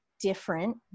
different